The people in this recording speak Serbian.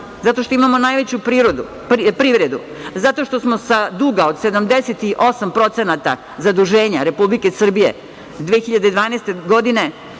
zato što imamo najveću privredu, zato što smo sa duga od 78% zaduženja Republike Srbije 2012. godine